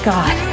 God